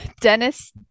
Dennis